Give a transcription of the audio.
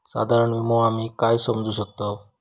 साधारण विमो आम्ही काय समजू शकतव?